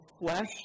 flesh